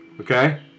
Okay